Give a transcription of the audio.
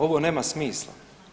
Ovo nema smisla.